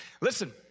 listen